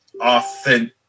authentic